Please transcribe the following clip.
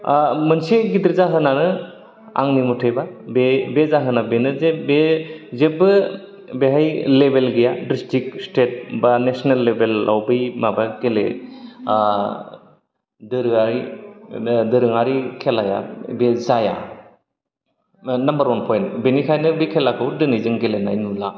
ओ मोनसे गेदेर जाहोनानो आंनि बादिब्ला बे जाहोना बेनोदि बे जेबो बेहाय लेभेल गैया दिस्ट्रिक्ट स्टेट बा नेसनेल लेबेलाव बै माबा गेले ओ दोरोङारि ओ दोरोङारि खेलाया बे जाया ओ नाम्बार वान पइन बेनिखायनो बे खेलाखौ दोनै जों गेलेनाय नुला